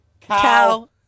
Cow